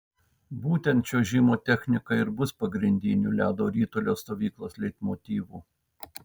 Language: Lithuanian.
būtent čiuožimo technika ir bus pagrindiniu ledo ritulio stovyklos leitmotyvu